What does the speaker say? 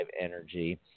energy